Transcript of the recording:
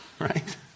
right